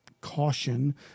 caution